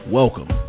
welcome